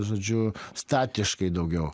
žodžiu statiškai daugiau